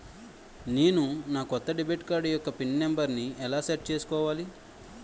నేను నా కొత్త డెబిట్ కార్డ్ యెక్క పిన్ నెంబర్ని ఎలా సెట్ చేసుకోవాలి?